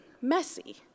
messy